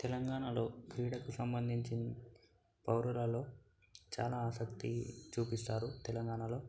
తెలంగాణలో క్రీడకు సంబంధించి పౌరులు చాలా ఆసక్తి చూపిస్తారు తెలంగాణలో